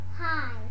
Hi